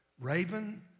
Raven